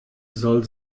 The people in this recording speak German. soll